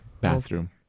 bathroom